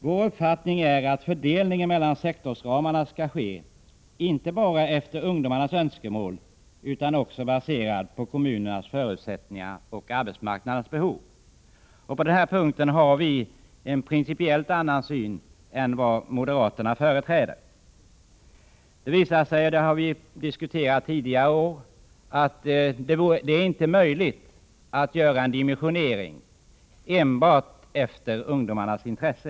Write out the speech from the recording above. Vår uppfattning är att fördelningen mellan sektorsramarna inte bara skall ske efter ungdomarnas önskemål utan också baseras på kommunernas förutsättningar och arbetsmarknadens behov. På denna punkt har vi en principiellt annan syn än den som moderaterna företräder. Det har visat sig — det har vi diskuterat tidigare år — att det inte är möjligt att göra en dimensionering enbart efter ungdomarnas intresse.